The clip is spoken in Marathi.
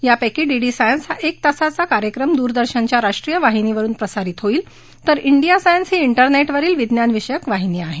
यापैकी डीडी सायन्स हा एक तासांचा कार्यक्रम दूरदर्शनच्या राष्ट्रीय वाहिनीवरून प्रसारित होईल तर डिया सायन्स ही तेरनेटवरील विज्ञानविषयक वाहीनी आहे